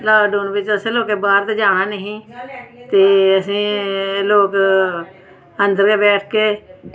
lockdown च असें लोकें बाह्र ते जाना निं ही ते असें लोग अंदर गै बैठ के